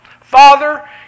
Father